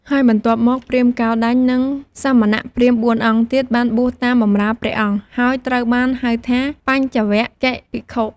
ហើយបន្ទាប់មក ព្រាហ្មណ៍កោណ្ឌញ្ញ និងសមណព្រាហ្មណ៍ ៤ អង្គទៀត បានបួសតាមបម្រើព្រះអង្គ ហើយត្រូវបានហៅថា បញ្ចវគិ្គយ៍ភិក្ខុ។